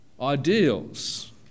ideals